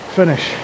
finish